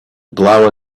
blow